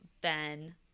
Ben